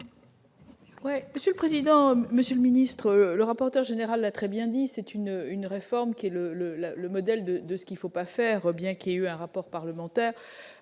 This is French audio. monsieur le président, Monsieur le ministre, le rapporteur général a très bien dit, c'est une une réforme qui est le le le modèle de de ce qu'il faut pas faire, bien qu'il a eu un rapport parlementaire,